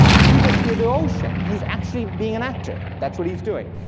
you just hear the ocean, he's actually being an actor, that's what he's doing.